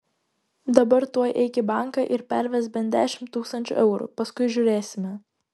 dabar tuoj eik į banką ir pervesk bent dešimt tūkstančių eurų paskui žiūrėsime